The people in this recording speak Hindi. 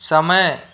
समय